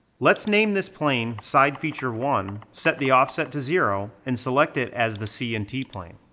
let's name this plane side feature one, set the offset to zero, and select it as the c and t plane.